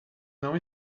não